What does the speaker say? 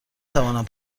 توانم